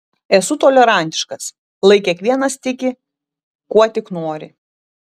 esu tolerantiškas lai kiekvienas tiki kuo tik nori